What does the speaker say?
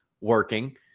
working